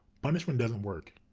punishment doesn't work.